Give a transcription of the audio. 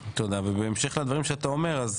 תודה, ובהמשך לדברים שאתה אומר, אז